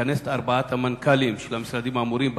לכנס את ארבעת המנכ"לים של המשרדים האמורים,